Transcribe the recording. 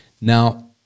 Now